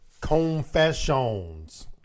confessions